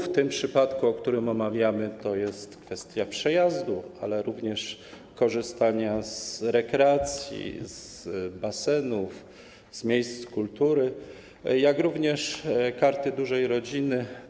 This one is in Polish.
W tym przypadku, który omawiamy, to jest kwestia przejazdu, ale również kwestia korzystania z form rekreacji, z basenów, z miejsc kultury, jak również Karty Dużej Rodziny.